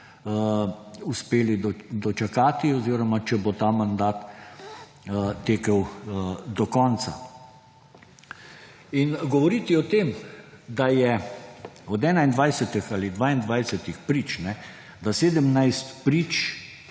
uspeli dočakati oziroma če bo ta mandat tekel do konca. Govoriti o tem, da od 21 ali 22 prič 17 prič